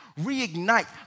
reignite